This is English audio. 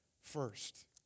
first